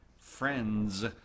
friends